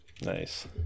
nice